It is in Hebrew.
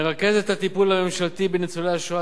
מרכזת את הטיפול הממשלתי בניצולי השואה